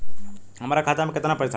हमरा खाता मे केतना पैसा बा?